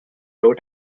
low